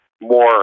more